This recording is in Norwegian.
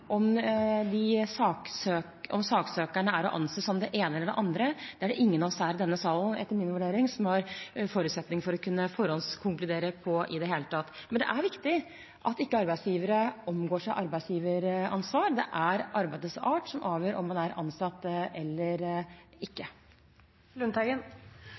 om saksøkerne er å anse som det ene eller det andre. Det er det ingen av oss her i denne salen som, etter min vurdering, har forutsetninger for å forhåndskonkludere på i det hele tatt. Men det er viktig at ikke arbeidsgivere omgår arbeidsgiveransvaret sitt. Det er arbeidets art som avgjør om man er ansatt eller